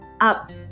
up